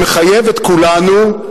שמחייב את כולנו,